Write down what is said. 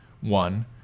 One